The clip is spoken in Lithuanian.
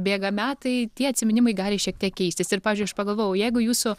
bėga metai tie atsiminimai gali šiek tiek keistis ir pavyzdžiui aš pagalvojau jeigu jūsų